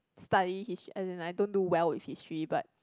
study history as in I don't do well with history but